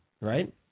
right